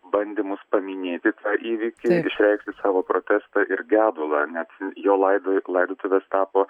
bandymus paminėti tą įvykį išreikšti savo protestą ir gedulą net jo laido laidotuvės tapo